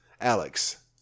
Alex